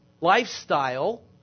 lifestyle